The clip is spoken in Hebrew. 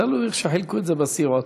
תלוי איך שחילקו את זה בסיעות.